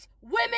women